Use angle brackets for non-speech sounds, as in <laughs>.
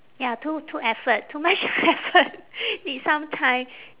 ya too too effort too much effort <laughs> need some time